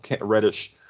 Reddish